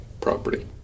property